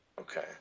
Okay